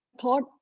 thought